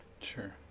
Sure